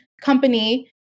company